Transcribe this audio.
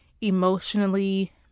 emotionally